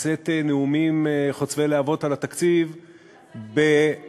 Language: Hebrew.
לשאת נאומים חוצבי להבות על התקציב בנוכחות,